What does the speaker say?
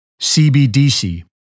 CBDC